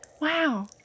Wow